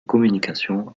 communication